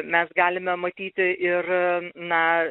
mes galime matyti ir na